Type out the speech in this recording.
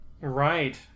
Right